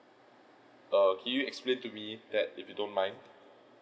err can you explain to me that if you don't mind